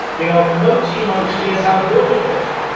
you know no team understands how to build a culture,